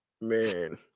man